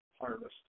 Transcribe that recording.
harvest